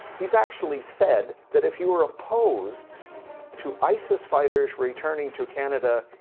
he has actually said that if you are opposed to isis fighters returning to canada,